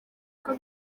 uko